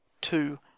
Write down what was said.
two